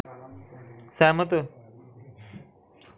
सैह्मत